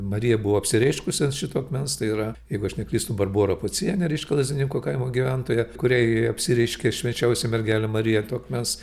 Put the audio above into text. marija buvo apsireiškusi ant šito akmens tai yra jeigu aš neklystu barbora pocienė reiškia lazdininko kaimo gyventoja kuriai apsireiškė švenčiausioji mergelė marija to akmens